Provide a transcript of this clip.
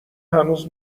هنوز